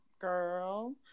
girl